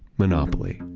monopoly.